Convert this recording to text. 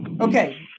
okay